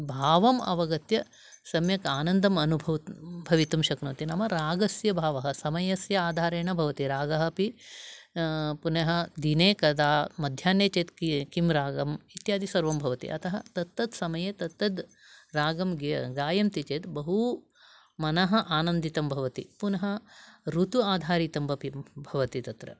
भावम् अवगत्य सम्यक् आनन्दम् अनुभू भवितुं शक्नोति नाम रागस्य भावः समयस्य आधारेण भवति रागः अपि पुनः दिने कदा मध्याह्ने चेत् किं रागम् इत्यादि सर्वं भवति अतः तत्तत् समये तत्तत् रागं गे गायन्ति चेत् बहु मनः आनन्दितं भवति पुनः ऋुतु आधारितमपि भवति तत्र